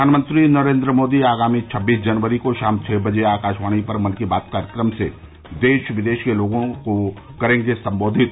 प्रधानमंत्री नरेन्द्र मोदी आगामी छब्बीस जनवरी को शाम छ बजे आकाशवाणी पर मन की बात कार्यक्रम से देश विदेश के लोगों को करेंगे सम्बोधित